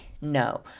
No